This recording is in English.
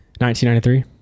1993